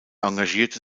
engagierte